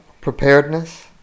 preparedness